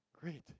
Great